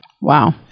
wow